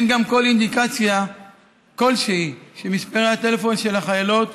אין גם אינדיקציה כלשהי שמספרי הטלפון של החיילות